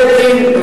השר בגין,